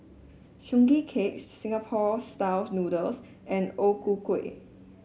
Sugee Cake Singapore style noodles and O Ku Kueh